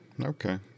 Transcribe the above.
okay